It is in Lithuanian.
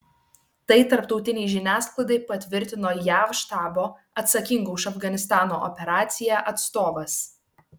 tai tarptautinei žiniasklaidai patvirtino jav štabo atsakingo už afganistano operaciją atstovas